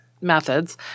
methods